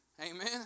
Amen